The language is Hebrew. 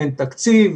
שאין תקציב,